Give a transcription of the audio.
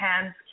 hands